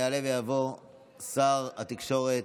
יעלה ויבוא שר התקשורת,